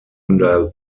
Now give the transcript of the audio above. under